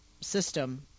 system